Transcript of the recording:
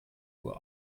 uhr